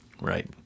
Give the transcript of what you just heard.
Right